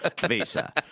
Visa